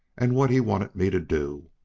and what he wanted me to do.